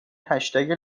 هشتگ